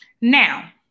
now